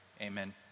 amen